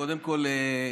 קודם כול,